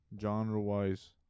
genre-wise